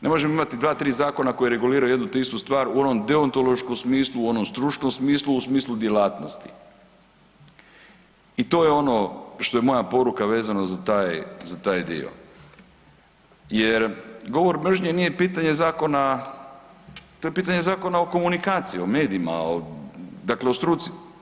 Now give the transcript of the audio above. Ne možemo imati dva, tri zakona koji reguliraju jednu te istu stvar u onom deontološkom smislu u onom stručnom smislu u smislu djelatnosti i to je ono što je moja poruka vezano za taj dio jer govor mržnje nije pitanje zakona, to je pitanje zakona o komunikaciji o medijima o struci.